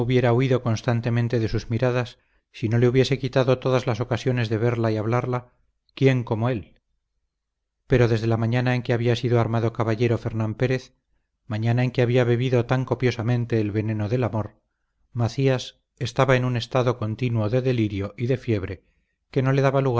huido constantemente de sus miradas si no le hubiese quitado todas las ocasiones de verla y hablarla quién como él pero desde la mañana en que había sido armado caballero fernán pérez mañana en que había bebido tan copiosamente el veneno del amor macías estaba en un estado continuo de delirio y de fiebre que no le daba